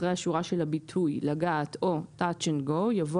אחרי השורה של הביטוי "לגעת או Touch & go" יבוא